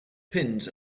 pins